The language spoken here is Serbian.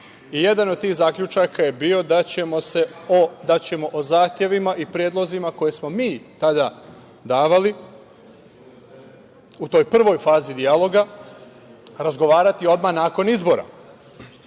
i jedan od tih zaključaka je bio da ćemo o zahtevima i predlozima koje smo mi tada davali, u toj prvoj fazi dijaloga, razgovarati odmah nakon izbora.